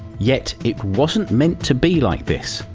yet it wasn't meant to be like this,